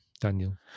Daniel